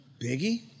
Biggie